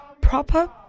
proper